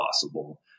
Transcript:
possible